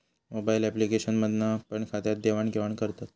mobile application मधना पण खात्यात देवाण घेवान करतत